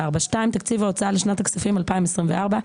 תקציב ההוצאה המותנית בהכנסה לשנת 2024),